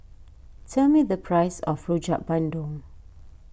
tell me the price of Rojak Bandung